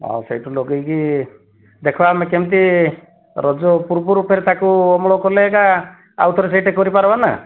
ଆଉ ସେଇଠୁ ଲଗେଇକି ଦେଖିବା ଆମେ କେମିତି ରଜ ପୂର୍ବରୁ ଫେର ତାକୁ ଅମଳ କଲେ ଏକା ଆଉ ଥରେ ସେଇଟା କରିପାରିବା ନା